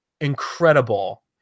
incredible